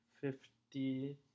fifty